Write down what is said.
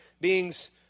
beings